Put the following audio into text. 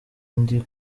ndi